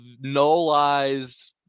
nullized